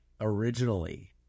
originally